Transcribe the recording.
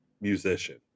musician